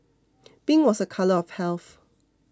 pink was a colour of health